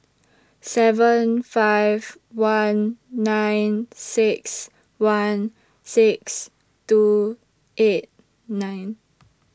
seven five one nine six one six two eight nine